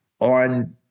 on